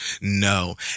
no